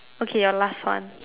okay your last one